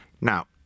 Now